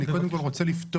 קודם כל אני רוצה לפתוח,